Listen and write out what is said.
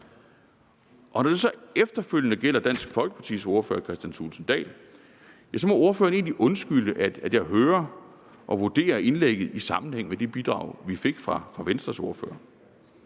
Når det så efterfølgende gælder Dansk Folkepartis ordfører, hr. Kristian Thulesen Dahl, må ordføreren undskylde, at jeg egentlig hører og vurderer indlægget i sammenhæng med de bidrag, vi fik fra Venstres ordfører.